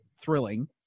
thrilling